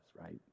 right